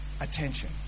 attention